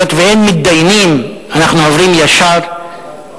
היות שאין מתדיינים, אנחנו עוברים ישר להצבעות,